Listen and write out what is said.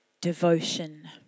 devotion